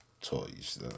toys